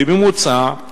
בממוצע,